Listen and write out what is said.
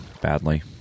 badly